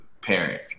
parent